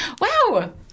wow